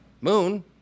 Moon